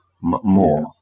more